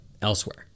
Elsewhere